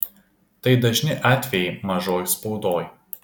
tai dažni atvejai mažoj spaudoj